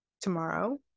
tomorrow